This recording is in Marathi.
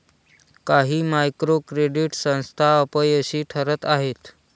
काही मायक्रो क्रेडिट संस्था अपयशी ठरत आहेत